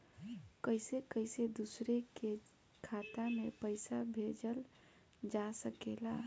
कईसे कईसे दूसरे के खाता में पईसा भेजल जा सकेला?